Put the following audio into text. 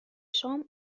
شام